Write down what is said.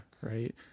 Right